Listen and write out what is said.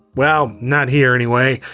well, not here anyway.